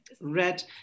red